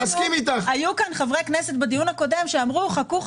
היו חברי כנסת בדיון הקודם שאמרו: חכו,